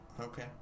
Okay